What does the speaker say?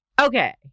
okay